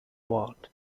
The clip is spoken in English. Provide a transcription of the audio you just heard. ward